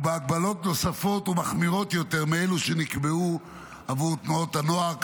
ובהגבלות נוספות ומחמירות יותר מאלו שנקבעו עבור תנועות הנוער.